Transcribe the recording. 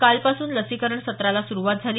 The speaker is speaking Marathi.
कालपासून लसीकरण सत्राला सुरवात झाली